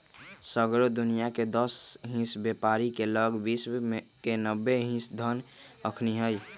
सगरो दुनियाँके दस हिस बेपारी के लग विश्व के नब्बे हिस धन अखनि हई